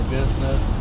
business